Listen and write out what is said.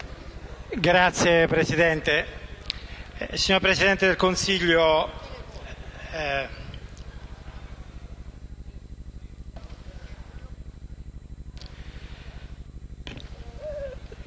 Signor Presidente, signor Presidente del Consiglio,